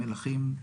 מלכים,